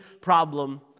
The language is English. problem